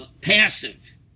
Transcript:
passive